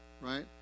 Right